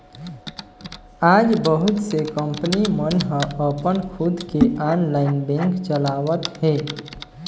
आज बहुत से कंपनी मन ह अपन खुद के ऑनलाईन बेंक चलावत हे